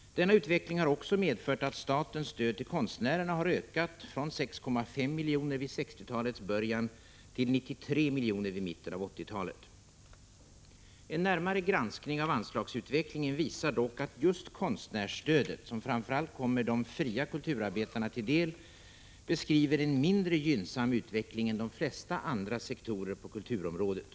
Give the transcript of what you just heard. Denna utveckling har också medfört att statens stöd till konstnärerna har ökat, från 6,5 miljoner vid 1960-talets början till 93 miljoner vid mitten av 1980-talet. En närmare granskning av anslagsutvecklingen visar dock att just konstnärsstödet — som framför allt kommer de fria kulturarbetarna till del — beskriver en mindre gynnsam utveckling än de flesta andra sektorer på kulturområdet.